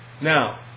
Now